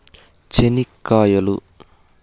చెనిక్కాయలు